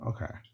Okay